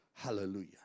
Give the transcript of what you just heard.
Hallelujah